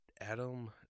Adam